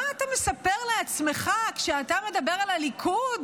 מה אתה מספר לעצמך כשאתה מדבר על הליכוד,